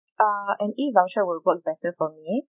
uh an e voucher will work better for me